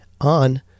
on